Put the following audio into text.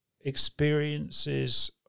experiences